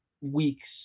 weeks